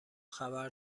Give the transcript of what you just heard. خبر